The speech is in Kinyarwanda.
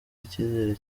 icyizere